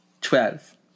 Twelve